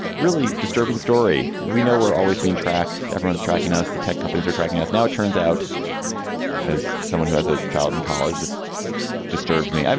really disturbing story. and we know we're always being tracked. everyone's tracking us. the tech companies are tracking us. now, it turns out as someone who has a child in college, this disturbs me.